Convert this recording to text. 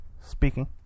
speaking